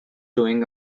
chewing